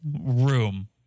room